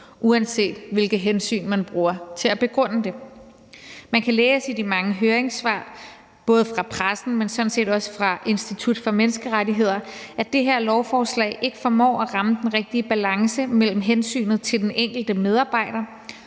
uanset hvilke hensyn man bruger til at begrunde det med. Man kan læse i de mange høringssvar både fra pressen, men sådan set også fra Institut for Menneskerettigheder, at det her lovforslag ikke formår at ramme den rigtige balance mellem hensynet til den enkelte medarbejder